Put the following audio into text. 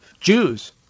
Jews